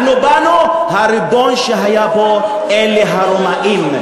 אנחנו באנו, הריבון שהיה פה אלה הרומאים.